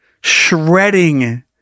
shredding